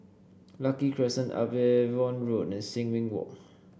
Lucky Crescent Upavon Road and Sin Ming Walk